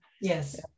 Yes